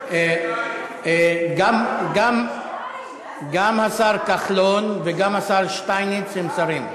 גם השר כחלון וגם השר שטייניץ נמצאים.